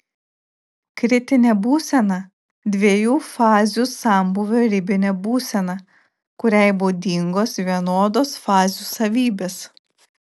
kritinė būsena dviejų fazių sambūvio ribinė būsena kuriai būdingos vienodos fazių savybės